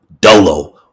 Dolo